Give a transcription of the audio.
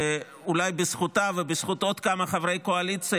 שאולי בזכותה ובזכות עוד כמה חברי קואליציה,